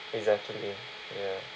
exactly ya